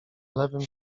lewym